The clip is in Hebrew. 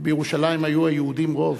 ובירושלים היו היהודים רוב.